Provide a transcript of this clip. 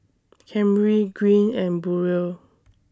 Camryn Greene and Burrell